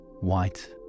White